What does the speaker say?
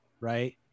right